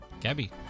Gabby